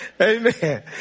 Amen